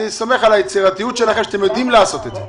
אני סומך על היצירתיות שלכם ושאתם יודעים לעשות את זה.